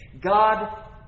God